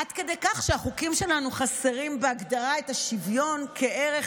עד כדי כך שהחוקים שלנו חסרים בהגדרה את השוויון כערך